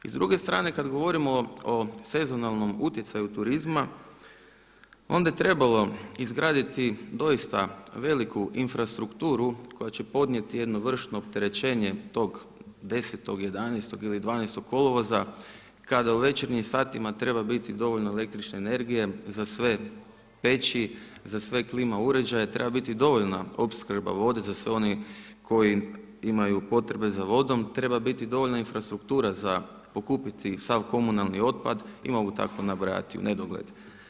I s druge strane kad govorimo o sezonalnom utjecaju turizma onda je trebao izgraditi doista veliku infrastrukturu koja će podnijeti jedno vršno opterećenje tog 10., 11. ili 12. kolovoza kada u večernjim satima treba biti dovoljno električne energije za sve peći, za sve klima uređaje, treba biti dovoljna opskrba vode za sve one koji imaju potrebe za vodom, treba biti dovoljna infrastruktura za pokupiti sav komunalni otpad i mogu tako nabrajati u nedogled.